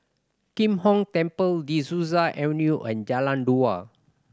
Kim Hong Temple De Souza Avenue and Jalan Dua